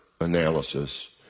analysis